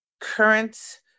current